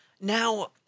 Now